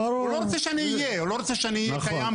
הוא לא רוצה שאני אהיה קיים בכלל.